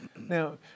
now